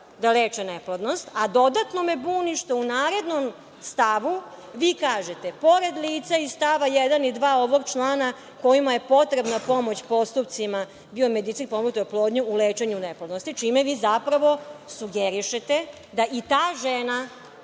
da leče neplodnost? Dodatno me buni što u narednom stavu vi kažete – pored lica iz stava 1. i 2. ovog člana, kojima je potrebna pomoć postupcima biomedicinski potpomognute oplodnje u lečenju neplodnosti, čime vi zapravo sugerišete da i ta žena